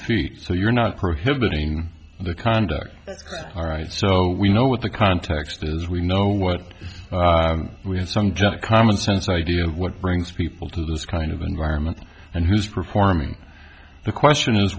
three so you're not prohibiting the conduct all right so we know what the context is we know what we and some just common sense idea of what brings people to this kind of environment and who's performing the question is